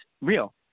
real